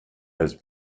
has